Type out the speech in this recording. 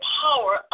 power